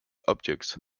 objects